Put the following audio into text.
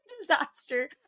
Disaster